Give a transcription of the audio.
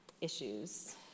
issues